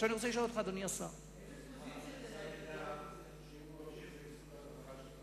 אם הוא ממשיך להיות שר זה בזכות הברכה שלך.